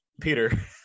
Peter